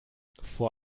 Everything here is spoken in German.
vor